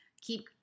Keep